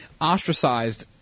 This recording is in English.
ostracized